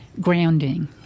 grounding